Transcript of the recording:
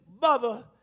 mother